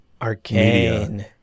Arcane